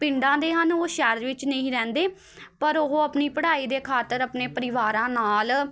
ਪਿੰਡਾਂ ਦੇ ਹਨ ਉਹ ਸ਼ਹਿਰ ਵਿੱਚ ਨਹੀਂ ਰਹਿੰਦੇ ਪਰ ਉਹ ਆਪਣੀ ਪੜ੍ਹਾਈ ਦੇ ਖਾਤਰ ਆਪਣੇ ਪਰਿਵਾਰਾਂ ਨਾਲ